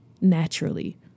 naturally